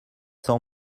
sans